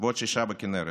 ועוד שישה בכינרת.